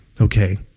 okay